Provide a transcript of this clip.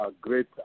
great